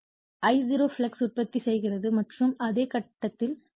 எனவே I0 flux உற்பத்தி செய்கிறது மற்றும் அதே கட்டத்தில்